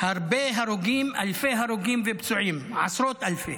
הרבה הרוגים, אלפי הרוגים ופצועים, עשרות אלפי,